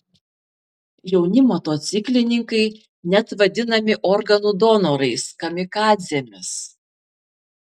jauni motociklininkai net vadinami organų donorais kamikadzėmis